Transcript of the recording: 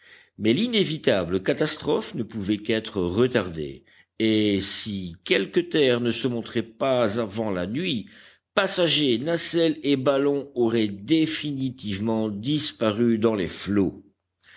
mais l'inévitable catastrophe ne pouvait qu'être retardée et si quelque terre ne se montrait pas avant la nuit passagers nacelle et ballon auraient définitivement disparu dans les flots